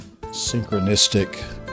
synchronistic